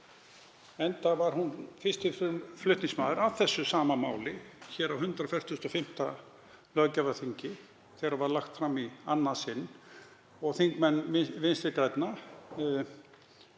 enda var hún fyrsti flutningsmaður að þessu sama máli hér á 145. löggjafarþingi þegar það var lagt fram í annað sinn. Hv. þingmenn Vinstri grænna